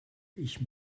ich